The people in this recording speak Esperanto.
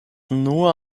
nur